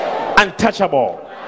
untouchable